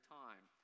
time